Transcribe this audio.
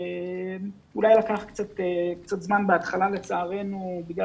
אולי לקחו קצת זמן בהתחלה לצערנו בגלל